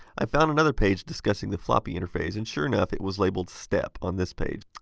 i found another page discussing the floppy interface, and sure enough, it was labelled step on this page.